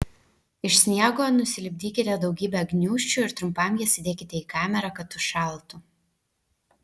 iš sniego nusilipdykite daugybę gniūžčių ir trumpam jas įdėkite į kamerą kad užšaltų